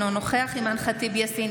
אינו נוכח אימאן ח'טיב יאסין,